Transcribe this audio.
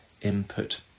input